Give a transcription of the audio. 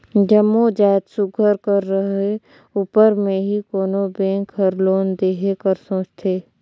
जम्मो जाएत सुग्घर कर रहें उपर में ही कोनो बेंक हर लोन देहे कर सोंचथे